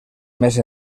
més